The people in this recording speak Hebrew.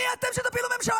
מי אתם שתפילו ממשלה?